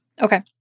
Okay